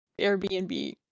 Airbnb